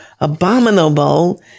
abominable